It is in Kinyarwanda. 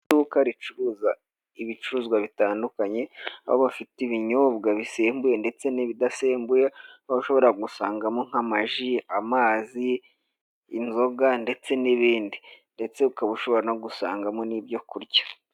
Iduka ricuruza ibicuruzwa bitandukanye, aho bafite ibinyobwa bisembuye ndetse n'ibidasembuye, aho ushobora gusangamo nk'amaji, amazi, inzoga ndetse n'ibindi ndetse ukaba ushobora no gusangamo n'ibyo kurya.